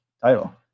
title